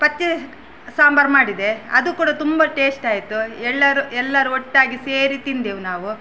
ಪತ್ತೆ ಸಾಂಬಾರು ಮಾಡಿದೆ ಅದು ಕೂಡ ತುಂಬ ಟೇಸ್ಟ್ ಆಯಿತು ಎಲ್ಲರೂ ಎಲ್ಲರೂ ಒಟ್ಟಾಗಿ ಸೇರಿ ತಿಂದೆವು ನಾವು